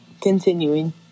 continuing